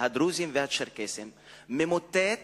הדרוזיים והצ'רקסיים ממוטט